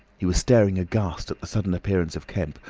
he was staring aghast at the sudden appearance of kemp,